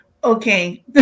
Okay